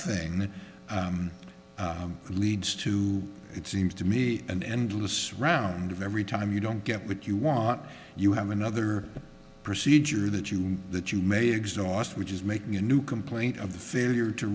that leads to it seems to me an endless round of every time you don't get what you want you have another procedure that you that you may exhaust which is making a new complaint of the failure to